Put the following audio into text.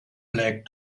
black